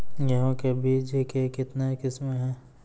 गेहूँ के बीज के कितने किसमें है?